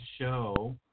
show